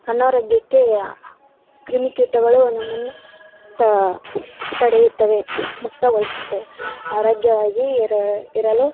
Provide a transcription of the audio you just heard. ಅನಾರೋಗ್ಯಕ್ಕೆ ಕ್ರಿಮಿಕೀಟಗಳು ನಮ್ಮನ್ನು ಟ ತಡೆಯುತ್ತವೆ ಮುಕ್ತಗೊಳಿಸುತ್ತವೆ ಆರೋಗ್ಯವಾಗಿ ಇರ ಇರಲು